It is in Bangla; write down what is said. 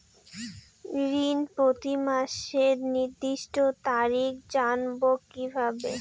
ঋণ প্রতিমাসের নির্দিষ্ট তারিখ জানবো কিভাবে?